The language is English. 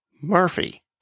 Murphy